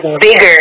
bigger